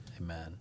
Amen